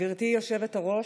גברתי היושבת-ראש,